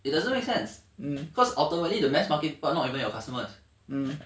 it doesn't make sense because ultimately the mass market but not even your customers